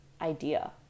idea